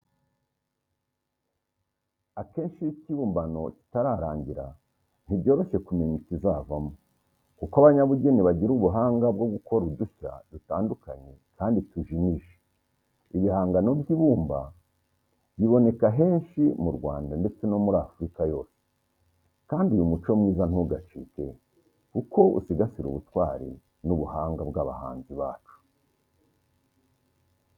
Akenshi iyo ikibumbamo kitararangira, ntibyoroshye kumenya ikizavamo, kuko abanyabugeni bagira ubuhanga bwo gukora udushya dutandukanye kandi tujimije. Ibihangano by’ibumba biboneka henshi mu Rwanda, ndetse no muri Afurika yose, kandi uyu muco mwiza ntugacike, kuko usigasira ubutwari n’ubuhanga bw’abahanzi bacu.